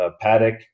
paddock